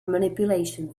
manipulation